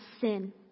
sin